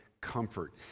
comfort